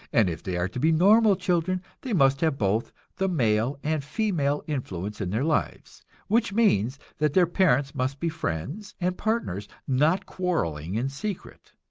and if they are to be normal children, they must have both the male and female influence in their lives which means that their parents must be friends and partners, not quarreling in secret.